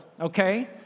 okay